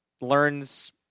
learns